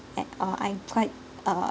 and uh I'm quite uh